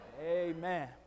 Amen